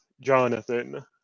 Jonathan